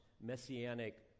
messianic